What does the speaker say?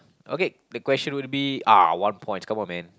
okay the question will be ah one points come on man